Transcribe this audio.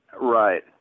Right